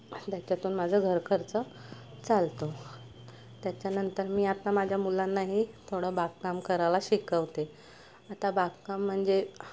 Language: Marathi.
त्याच्यातून माझं घर खर्च चालतो त्याच्यानंतर मी आता माझ्या मुलांनाही थोडं बागकाम करायला शिकवते आता बागकाम म्हणजे